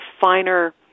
finer